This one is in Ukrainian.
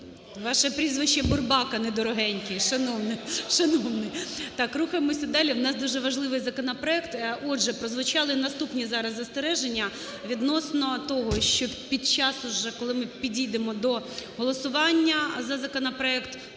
Ваше прізвище "Бурбак", а не "Дорогенькі", шановний! Шановний! Так, рухаємося далі. У нас дуже важливий законопроект. Отже, прозвучали наступні зараз застереження відносно того, що під час уже, коли ми підійдемо до голосування за законопроект,